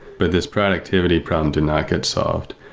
but this productivity problem did not get solved.